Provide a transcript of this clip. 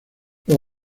los